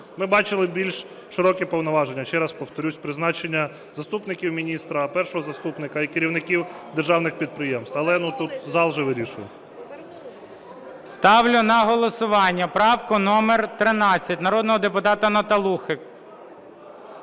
Ми бачили більш широкі повноваження, ще раз повторюсь: призначення заступників міністрів, першого заступника і керівників державних підприємств. Але тут зал же вирішує. ГОЛОВУЮЧИЙ. Ставлю на голосування правку номер 13 народного депутата Наталухи.